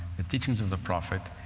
the teachings of the prophet,